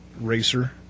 racer